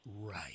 Right